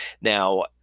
Now